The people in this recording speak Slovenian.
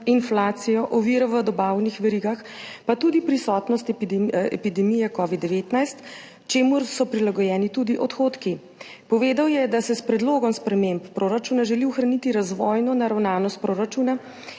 inflacijo, ovire v dobavnih verigah, pa tudi prisotnost epidemije covid-19, čemur so prilagojeni tudi odhodki. Povedal je, da se s predlogom sprememb proračuna želi ohraniti razvojno naravnanost proračuna